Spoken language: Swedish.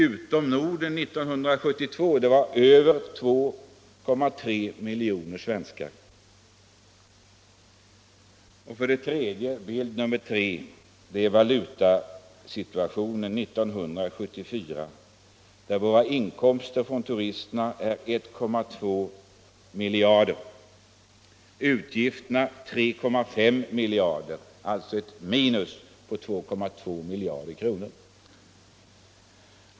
1972 var det över 2,3 miljoner svenskar som reste till länder utanför Norden. Den tredje visar valutasituationen 1974. Våra inkomster från turisterna uppgår till 1,2 miljarder, våra utgifter för turism till 3,5 miljarder. Det ger alltså ett minus på 2,3 miljarder kronor.